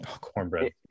Cornbread